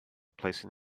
placing